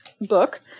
book